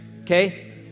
okay